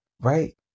right